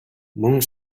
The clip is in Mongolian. мөн